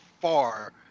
far